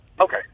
Okay